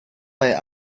bei